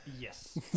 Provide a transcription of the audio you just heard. Yes